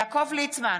יעקב ליצמן,